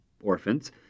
orphans